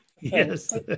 Yes